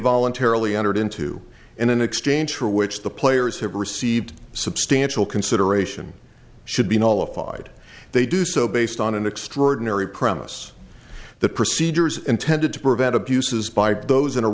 voluntarily entered into and in exchange for which the players have received substantial consideration should be nullified they do so based on an extraordinary promise the procedures intended to prevent abuses by those in a